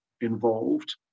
involved